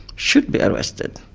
should be arrested.